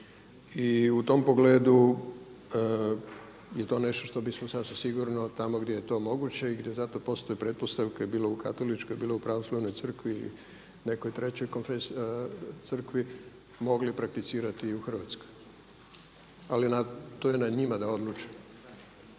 I u tom pogledu je to nešto što bismo sasvim sigurno tamo gdje je to moguće i gdje za to postoje pretpostavke bilo u katoličkoj, bilo u pravoslavnoj crkvi ili nekoj trećoj crkvi mogli prakticirati i u Hrvatskoj. Ali to je na njima da odluče